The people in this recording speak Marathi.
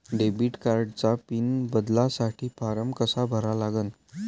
डेबिट कार्डचा पिन बदलासाठी फारम कसा भरा लागन?